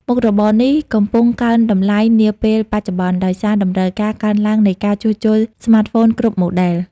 មុខរបរនេះកំពុងកើនតម្លៃនាពេលបច្ចុប្បន្ន ដោយសារតម្រូវការកើនឡើងនៃការជួសជុលស្មាតហ្វូនគ្រប់ម៉ូឌែល។